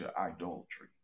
idolatry